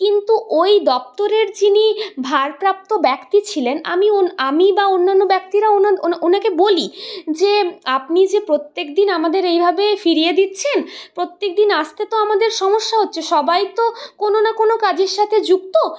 কিন্তু ওই দপ্তরের যিনি ভারপ্রাপ্ত ব্যক্তি ছিলেন আমি আমি বা অন্যান্য ব্যক্তিরা ওনা ওনাকে বলি যে আপনি যে প্রত্যেকদিন আমাদের এইভাবে ফিরিয়ে দিচ্ছেন প্রত্যেকদিন আসতে তো আমাদের সমস্যা হচ্ছে সবাই তো কোনো না কোনো কাজের সাথে যুক্ত